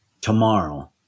tomorrow